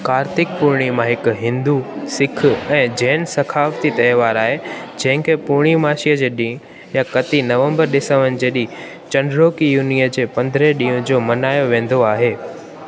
कार्तिक पूर्णिमा हिकु हिंदू सिख ऐं जैन सक़ाफ़ती तहिवार आहे जंहिंखे पूर्णमाशी जे ॾींहुं या कत्ती नव्म्बर डिसम्बर जॾीं चांड्रोकियुनि जे पंद्रहें ॾींहुं जो मल्हायो वेंदो आहे